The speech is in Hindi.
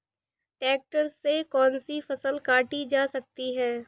ट्रैक्टर से कौन सी फसल काटी जा सकती हैं?